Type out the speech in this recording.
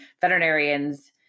veterinarians